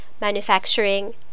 manufacturing